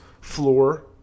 floor